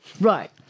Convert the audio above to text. Right